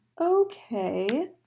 Okay